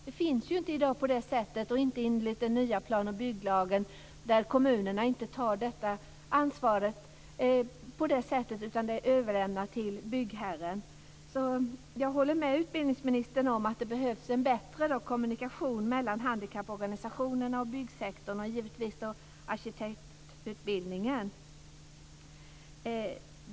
Det finns ju inte i dag på det sättet och inte enligt den nya plan och bygglagen, där kommunerna inte tar detta ansvar på det sättet, utan det överlämnas till byggherren. Jag håller med utbildningsministern om att det behövs en bättre kommunikation mellan handikapporganisationerna och byggsektorn och givetvis arkitektutbildningen.